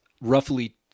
roughly